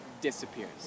disappears